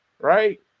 right